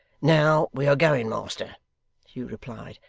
now we are going, master hugh replied.